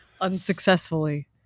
unsuccessfully